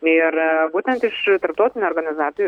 ir būtent iš tarptautinių organizacijų